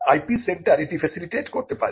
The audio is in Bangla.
IP সেন্টার এটি ফেসিলিটেট করতে পারে